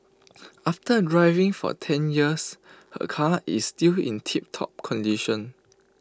after driving for ten years her car is still in tiptop condition